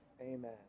Amen